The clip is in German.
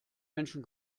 menschen